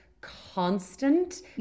constant